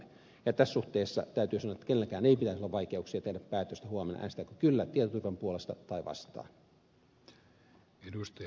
tässä suhteessa täytyy sanoa että kenelläkään ei pitäisi olla vaikeuksia tehdä päätöstä huomenna äänestääkö kyllä tietoturvan puolesta vai vastaan